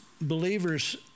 believers